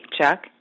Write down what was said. Chuck